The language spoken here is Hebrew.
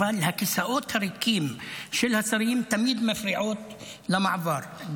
אבל הכיסאות הריקים של השרים תמיד מפריעים למעבר.